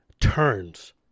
turns